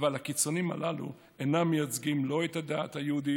אבל הקיצוניים הללו אינם מייצגים לא את הדת היהודית